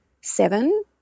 seven